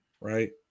right